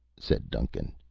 said duncan.